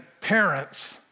parents